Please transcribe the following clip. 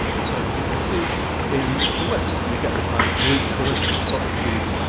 so you can see in the west, you get the kind of greek trilogy, socrates,